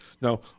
Now